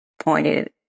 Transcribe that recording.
pointed